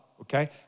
Okay